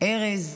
ארז,